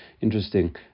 Interesting